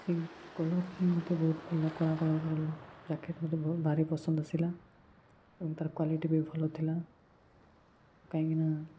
ସେହି କଲର୍ ହିଁ ମୋତେ ବହୁତ ଭଲ ଲାଗେ କଳା କଲର୍ର ଜ୍ୟାକେଟ୍ ମୋତେ ବହୁତ ଭାରି ପସନ୍ଦ ଆସିଲା ଏବଂ ତା'ର କ୍ଵାଲିଟି ବି ଭଲ ଥିଲା କାହିଁକିନା